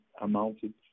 amounted